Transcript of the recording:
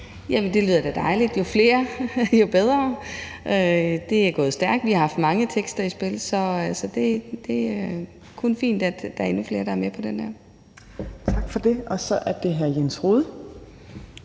Jamen det lyder da dejligt. Jo flere, jo bedre. Det er gået stærkt, og vi har haft mange tekster i spil. Så det er kun fint, at der er endnu flere, der er med på den her. Kl. 17:36 Fjerde næstformand